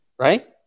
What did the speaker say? Right